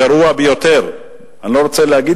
ברגע שאין אחריות, אין מי שיקבל את האחריות.